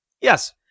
Yes